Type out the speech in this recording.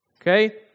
okay